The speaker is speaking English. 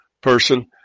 person